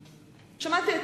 ושינוי,